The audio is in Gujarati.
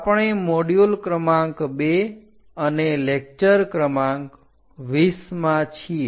આપણે મોડ્યુલ ક્રમાંક 2 અને લેકચર ક્રમાંક 20 માં છીએ